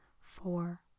four